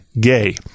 gay